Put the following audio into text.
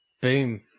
Boom